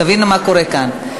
תבינו מה קורה כאן.